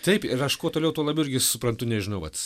taip ir aš kuo toliau tuo labiau irgi suprantu nežinau vat